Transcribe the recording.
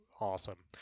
awesome